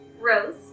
rose